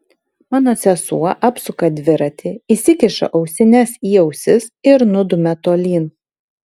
mano sesuo apsuka dviratį įsikiša ausines į ausis ir nudumia tolyn